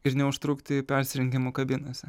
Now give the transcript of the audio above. ir neužtrukti persirengimo kabinose